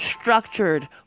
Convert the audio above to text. structured